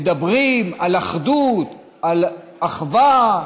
מדברים על אחדות, על אחווה,